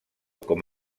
com